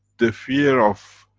the fear of